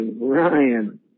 Ryan